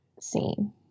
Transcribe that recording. scene